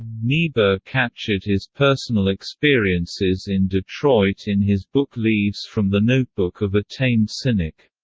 niebuhr captured his personal experiences in detroit in his book leaves from the notebook of a tamed cynic.